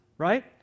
right